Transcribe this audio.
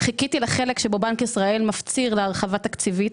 חיכיתי לחלק שבו בנק ישראל מפציר להרחבה תקציבית,